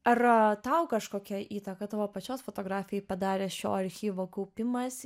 ar tau kažkokią įtaką tavo pačios fotografijai padarė šio archyvo kaupimas